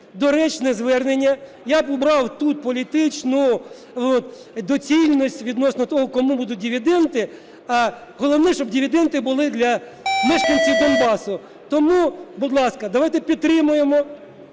доречне звернення. Я б убрав тут політичну доцільність відносно того, кому будуть дивіденди, а головне – щоб дивіденди були для мешканців Донбасу. Тому, будь ласка, давайте підтримаємо.